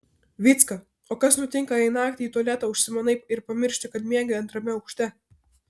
vycka o kas nutinka jei naktį į tualetą užsimanai ir pamiršti kad miegi antrame aukšte